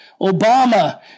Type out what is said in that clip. Obama